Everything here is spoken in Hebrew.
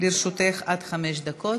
לרשותך עד חמש דקות.